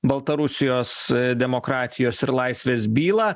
baltarusijos demokratijos ir laisvės bylą